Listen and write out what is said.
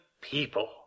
people